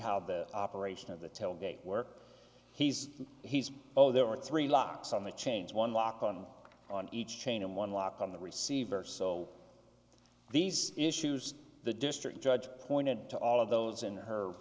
how the operation of the tailgate where he's he's over there are three locks on the chains one lock on on each chain and one lock on the receiver so these issues the district judge pointed to all of those in her